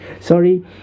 Sorry